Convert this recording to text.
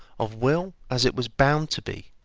of will as it was bound to be,